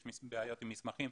יש בעיות עם מסמכים,